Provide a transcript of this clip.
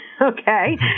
Okay